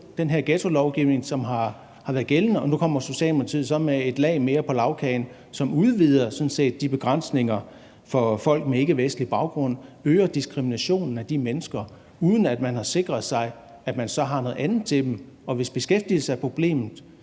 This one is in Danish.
den her ghettolovgivning, som har været gældende. Og nu kommer Socialdemokratiet så med et lag mere på lagkagen, som sådan set udvider de begrænsninger for folk med ikkevestlig baggrund og øger diskriminationen af de mennesker, uden at man har sikret sig, at man så har noget andet til dem, og hvis beskæftigelse er problemet,